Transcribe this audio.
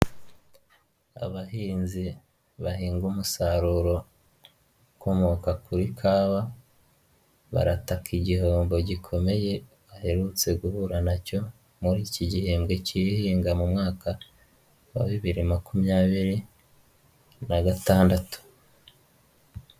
Abahinzi bahinga umusaruro ukomoka kuri kawa, barataka igihombo gikomeye baherutse guhura nacyo muri iki gihembwe kihinga, muri uyu mwaka wa bibiri na makumyabiri na gatandatu.